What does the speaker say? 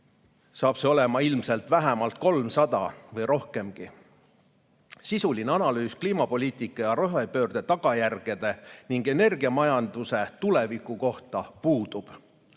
saab see olema ilmselt vähemalt 300 või rohkemgi. Sisuline analüüs kliimapoliitika ja rohepöörde tagajärgede ning energiamajanduse tuleviku kohta puudub.